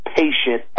patient